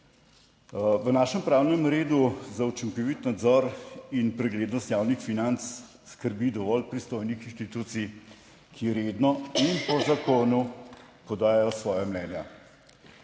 V našem pravnem redu za učinkovit nadzor in preglednost javnih financ skrbi dovolj pristojnih inštitucij, ki redno in po zakonu podajo svoja mnenja,